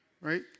right